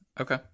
Okay